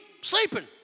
sleeping